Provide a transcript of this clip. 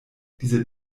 diese